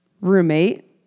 roommate